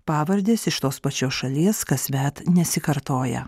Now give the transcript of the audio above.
pavardės iš tos pačios šalies kasmet nesikartoja